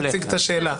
שאלות.